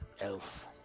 Elf